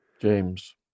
James